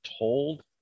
told